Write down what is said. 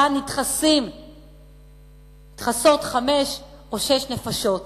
שבה נדחסות חמש או שש נפשות.